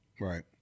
right